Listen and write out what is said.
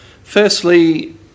Firstly